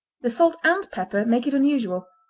the salt and pepper make it unusual,